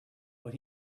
but